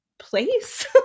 place